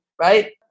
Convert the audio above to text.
right